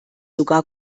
sogar